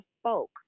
spoke